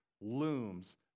looms